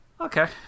okay